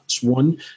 one